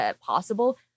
possible